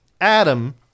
Adam